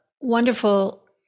wonderful